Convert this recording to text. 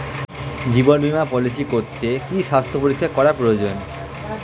জীবন বীমা পলিসি করতে কি স্বাস্থ্য পরীক্ষা করা প্রয়োজন?